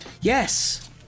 yes